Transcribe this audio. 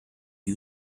you